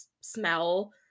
smell